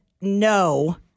no